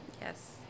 Yes